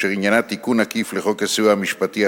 אשר עניינה תיקון עקיף לחוק הסיוע המשפטי,